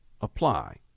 apply